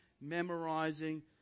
memorizing